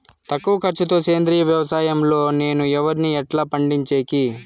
తక్కువ ఖర్చు తో సేంద్రియ వ్యవసాయం లో నేను వరిని ఎట్లా పండించేకి?